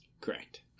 Correct